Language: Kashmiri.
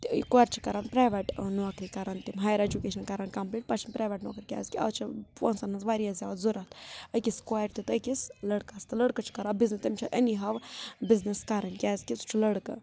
کورِ چھِ کَران پرٛایویٹ نوکری کَران تِم ہایَر اٮ۪جُکیشَن کَران کَمپٕلیٖٹ پَتہٕ چھِنہٕ پرٛایویٹ نوکری کیٛازِکہِ آز چھِ پۄنٛسَن منٛز واریاہ زیادٕ ضوٚرَتھ أکِس کورِ تہِ تہٕ أکِس لٔڑکَس تہٕ لٔڑکہٕ چھِ کَران بِزنِس تٔمِس چھِ أنی ہاو بِزنٮ۪س کَرٕنۍ کیٛازِکہِ سُہ چھُ لٔڑکہٕ